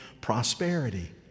prosperity